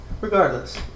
regardless